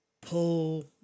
pull